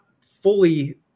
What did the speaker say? fully